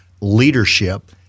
leadership